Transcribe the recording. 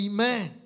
Amen